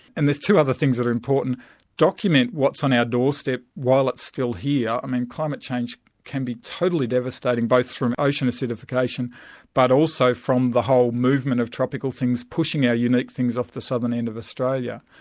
and there's two other things that are important document what's on our doorstep while it's still here. i mean, climate change can be totally devastating, both from ocean acidification but also from the whole movement of tropical things pushing our unique things off the southern end of australia.